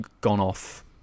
gone-off